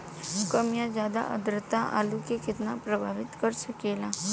कम या ज्यादा आद्रता आलू के कितना प्रभावित कर सकेला?